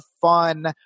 fun